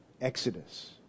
Exodus